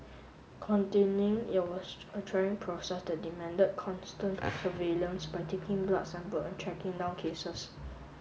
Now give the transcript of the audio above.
containing it was a trying process that demanded constant surveillance by taking blood sample and tracking down cases